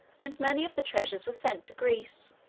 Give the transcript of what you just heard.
and many of the treasures were sent to greece.